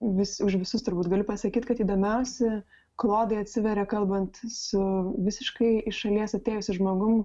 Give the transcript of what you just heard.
vis už visus turbūt galiu pasakyt kad įdomiausi klodai atsiveria kalbant su visiškai iš šalies atėjusiu žmogum